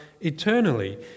eternally